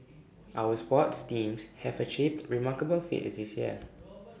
our sports teams have achieved remarkable feats this year